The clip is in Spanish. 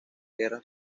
guerras